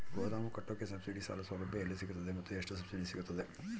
ಗೋದಾಮು ಕಟ್ಟೋಕೆ ಸಬ್ಸಿಡಿ ಸಾಲ ಸೌಲಭ್ಯ ಎಲ್ಲಿ ಸಿಗುತ್ತವೆ ಮತ್ತು ಎಷ್ಟು ಸಬ್ಸಿಡಿ ಬರುತ್ತೆ?